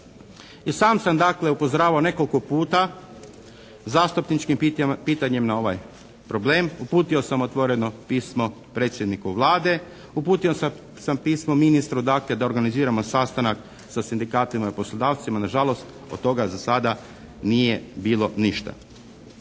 sam dakle upozoravao nekoliko puta zastupničkim pitanjem na ovaj problem, uputio sam otvoreno pismo predsjedniku Vlade, uputio sam pismo ministru dakle da organiziramo sastanak sa sindikatima poslodavcima. Na žalost od toga za sada nije bilo ništa.